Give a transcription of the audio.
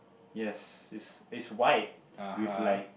yes it's it's white with like